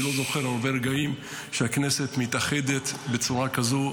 אני לא זוכר הרבה רגעים שהכנסת מתאחדת בצורה כזאת,